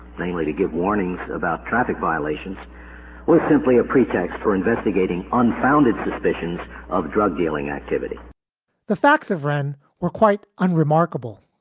namely, to give warnings about traffic violations was simply a pretext for investigating unfounded suspicions of drug dealing activity the facts of run were quite unremarkable.